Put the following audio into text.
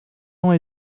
ans